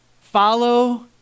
follow